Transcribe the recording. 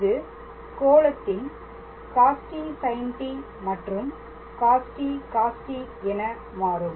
இது கோளத்தில் cost sint மற்றும் cost cost என மாறும்